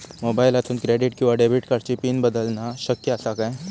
मोबाईलातसून क्रेडिट किवा डेबिट कार्डची पिन बदलना शक्य आसा काय?